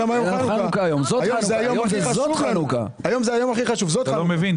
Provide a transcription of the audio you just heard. אתה לא מבין.